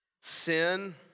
sin